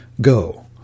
go